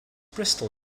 bristol